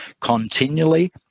continually